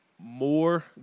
More